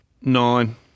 nine